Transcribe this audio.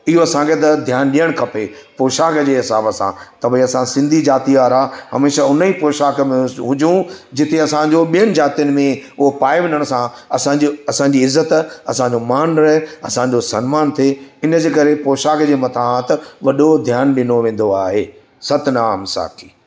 इहो असांखे त ध्यानु ॾियणु खपे पौशाक जे हिसाब सां त भाई असां सिंधी ज़ाती वारा हमेशह उन ई पौशाक में हुजूं जिते असांजो ॿियनि ज़ातियुनि में उहो पाए वञण सां असांजो असांजी इज़त असांजो मान रहे असांजो समान थिए इन जे करे पौशाक जे मथां त वॾो ध्यानु ॾिनो वेंदो आहे सतनाम साखी